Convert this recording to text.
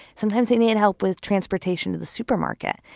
sometimes they needed help with transportation to the supermarket.